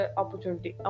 opportunity